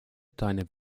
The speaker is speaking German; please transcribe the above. deine